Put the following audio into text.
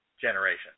generation